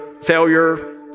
failure